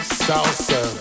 salsa